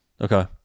okay